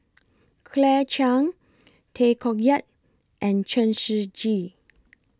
Claire Chiang Tay Koh Yat and Chen Shiji